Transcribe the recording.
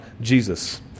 Jesus